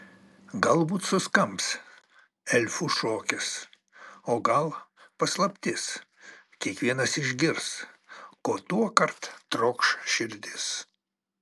galbūt suskambs elfų šokis o gal paslaptis kiekvienas išgirs ko tuokart trokš širdis